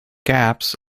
gaps